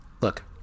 look